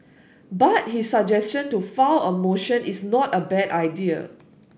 but his suggestion to file a motion is not a bad idea